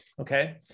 okay